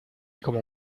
como